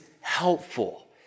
helpful